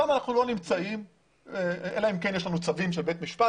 שם אנחנו לא נמצאים אלא אם כן יש לנו צווים של בית משפט